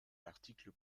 l’article